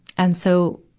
and so,